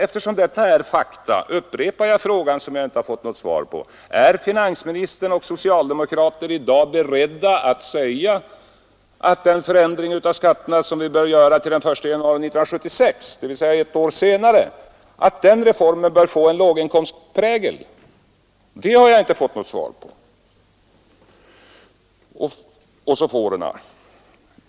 Eftersom detta är fakta upprepar jag frågan, som jag inte har fått något svar på: Är finansministern och socialdemokraterna i dag beredda att säga att den förändring av skatterna som vi bör företa den 1 januari 1976, dvs. ett år senare, är en reform som bör få låginkomstprägel? Det har jag inte fått något svar på. Och så till finansministerns uttalande om fåren.